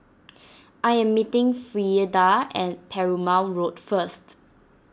I am meeting Frieda at Perumal Road first